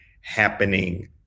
happening